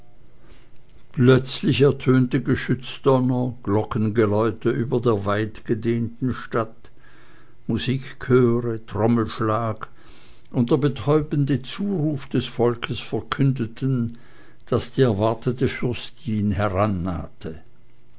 plötzlich ertönte geschützdonner glockengeläute über der weitgedehnten stadt musikchöre trommelschlag und der betäubende zuruf des volkes verkündeten daß die erwartete fürstin